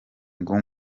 ngo